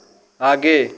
आगे